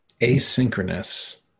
asynchronous